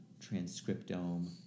transcriptome